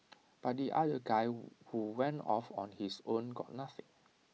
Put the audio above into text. but the other guy who went off on his own got nothing